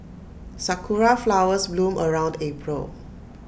Sakura Flowers bloom around April